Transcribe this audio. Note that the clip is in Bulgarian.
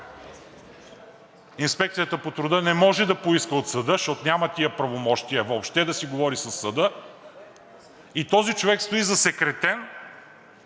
Инспекцията по труда не може да поиска от съда, защото няма тези правомощия въобще да си говори със съда. И този човек стои засекретен,